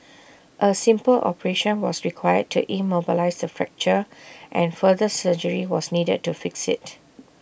A simple operation was required to immobilise the fracture and further surgery was needed to fix IT